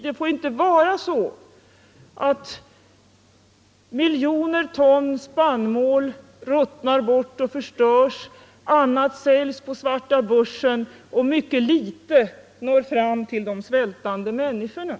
Det får inte vara så att miljoner ton spannmål ruttnar och förstörs, andra livsmedel säljs på svarta börsen — Nr 142 och mycket litet når fram till de svältande människorna.